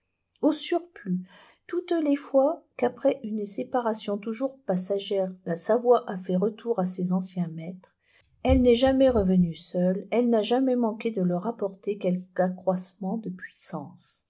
au surplus toutes les fois qu'après une séparation toujours passagère la savoie a fait retour à ses anciens maîtres elle n'est jamais revenue seule elle na jamais manqué de leur apporter quelque accroissement de puissance